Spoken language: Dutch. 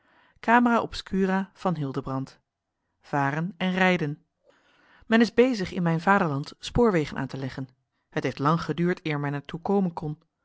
varen en rijden men is bezig in mijn vaderland spoorwegen aan te leggen het heeft lang geduurd eer men er toe komen kon